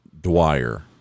Dwyer